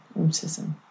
autism